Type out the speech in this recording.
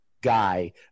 guy